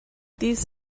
these